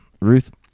Ruth